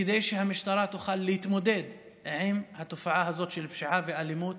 כדי שהמשטרה תוכל להתמודד עם התופעה הזאת של פשיעה ואלימות,